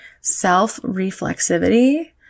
Self-reflexivity